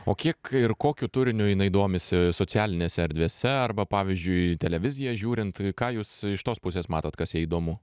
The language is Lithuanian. o kiek ir kokiu turiniu jinai domisi socialinėse erdvėse arba pavyzdžiui televiziją žiūrint ką jūs iš tos pusės matot kas jai įdomu